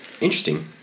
Interesting